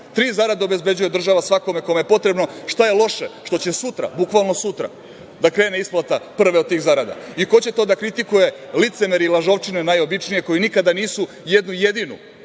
Tri zarade obezbeđuje država svakome kome je potrebno. Šta je loše što će sutra, bukvalno sutra, da krene isplata prve od tih zarada i ko će to da kritikuje? Licemeri i lažovčine najobičnije koje nikada nisu jednu jedinu